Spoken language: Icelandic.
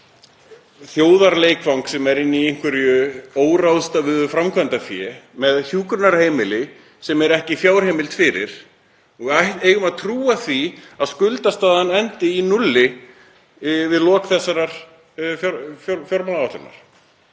þjóðarleikvang sem er inni í einhverju óráðstöfuðu framkvæmdafé, með hjúkrunarheimili sem er ekki fjárheimild fyrir. Eigum við að trúa því að skuldastaðan endi í núlli við lok þessarar fjármálaáætlunar?